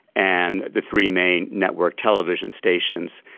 and the three main network television stations.